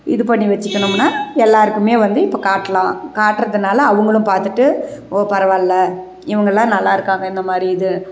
இது பண்ணி வெச்சுக்கணுமுன்னா எல்லோருக்குமே வந்து இப்போ காட்டலாம் காட்டுறதனால அவங்களும் பார்த்துட்டு ஓ பரவாயில்லை இவங்கெல்லாம் நல்லா இருக்காங்க இந்தமாதிரி இது